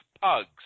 pugs